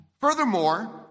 Furthermore